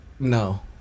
No